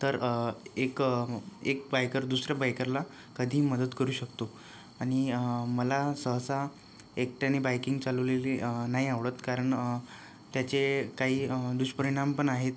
तर एक एक बायकर दुसऱ्या बाइकरला कधीही मदत करू शकतो आणि मला सहसा एकट्याने बाइकिंग चालवलेली नाही आवडत कारण त्याचे काही दुष्परिणाम पण आहेत